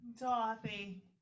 Dorothy